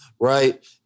right